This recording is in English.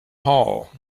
hall